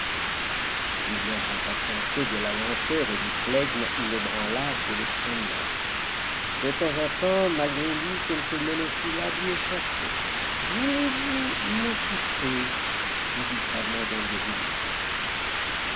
julien s'impatientait de la lenteur et du flegme inébranlable de l'espagnol de temps en temps malgré lui quelques monosyllabes lui échappaient voulez-vous m'écouter lui dit gravement don